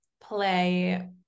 play